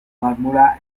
bermuda